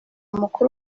mukuru